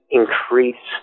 increase